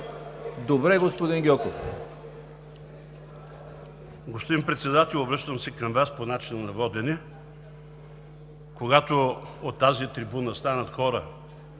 Добре, господин Гьоков.